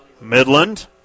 Midland